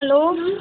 hello